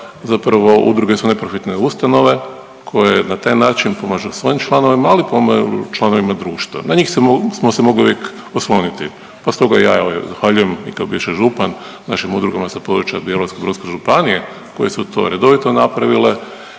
zapravo udruge su neprofitne ustanove koje na taj način pomažu svojim članovima, ali pomažu i članovima društva. Na njih smo se mogli uvijek osloniti pa stoga evo i ja zahvaljujem i kao bivši župan sa područja Bjelovarsko-bilogorske županije koje su to redovito napravile